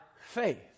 faith